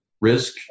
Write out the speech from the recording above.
Risk